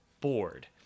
bored